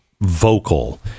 vocal